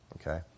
Okay